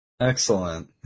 Excellent